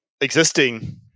existing